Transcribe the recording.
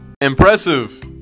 Impressive